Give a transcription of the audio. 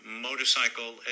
Motorcycle